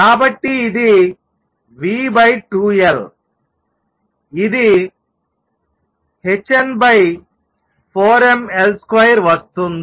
కాబట్టి ఇది v2L ఇది hn4mL2 వస్తుంది